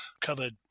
covered